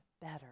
better